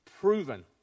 proven